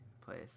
place